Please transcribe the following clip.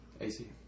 AC